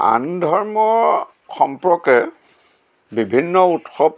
আন ধৰ্ম সম্পৰ্কে বিভিন্ন উৎসৱ